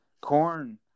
corn